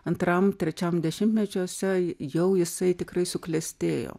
antram trečiam dešimtmečiuose jau jisai tikrai suklestėjo